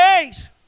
days